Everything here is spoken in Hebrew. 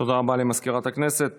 תודה רבה לסגנית מזכיר הכנסת.